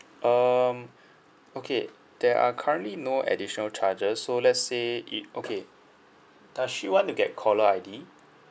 um okay there are currently no additional charges so let's say it okay does she want to get caller I_D